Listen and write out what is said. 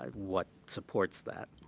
um what supports that.